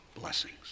blessings